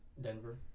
Denver